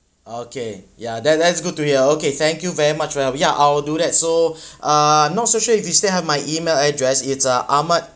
okay ya that~ that's good to hear okay thank you very much well ya I'll do that so uh not so sure if you still have my email address it's uh Ahmad